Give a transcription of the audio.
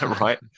right